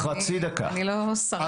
אני לא שרה.